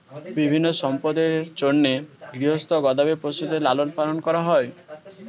বিভিন্ন সম্পদের জন্যে গৃহস্থ গবাদি পশুদের লালন পালন করা হয়